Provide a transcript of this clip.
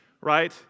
right